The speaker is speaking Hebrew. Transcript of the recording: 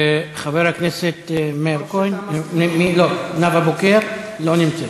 חברת הכנסת נאוה בוקר, לא נמצאת.